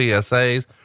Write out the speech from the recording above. PSA's